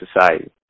society